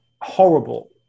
Horrible